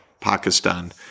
Pakistan